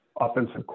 offensive